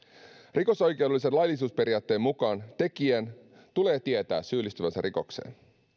rikosoikeudellisen laillisuusperiaatteen mukaan tekijän tulee tietää syyllistyvänsä rikokseen